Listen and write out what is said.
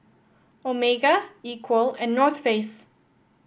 Omega Equal and North Face